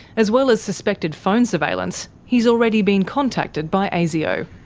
as well as suspected phone surveillance, he's already been contacted by asio.